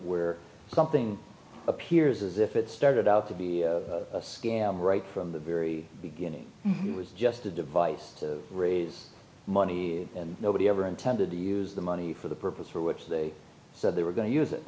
where something appears as if it started out to be a scam right from the very beginning it was just a device to raise money and nobody ever intended to use the money for the purpose for which they said they were going to use it